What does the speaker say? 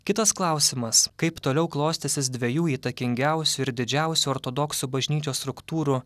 kitas klausimas kaip toliau klostysis dviejų įtakingiausių ir didžiausių ortodoksų bažnyčios struktūrų